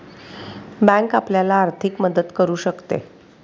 bank आपल्याला आर्थिक मदत करू शकते